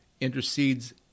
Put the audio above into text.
intercedes